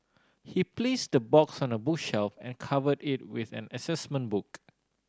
he placed the box on a bookshelf and covered it with an assessment book